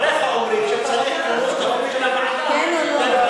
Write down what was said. דבריך אומרים שצריך, כן או לא?